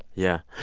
yeah.